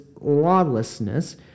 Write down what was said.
lawlessness